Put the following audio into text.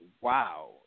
wow